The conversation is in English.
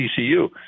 tcu